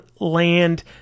land